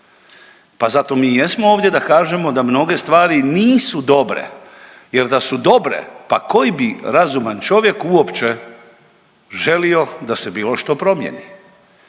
Pa zato i mi jesmo ovdje da kažemo da mnoge stvari nisu dobre jer da su dobre pa koji bi razuman čovjek uopće želio da se bilo što promijeni